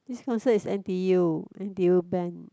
this concert is N_T_U N_T_U band